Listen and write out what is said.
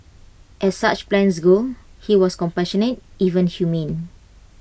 as such plans go he was compassionate even humane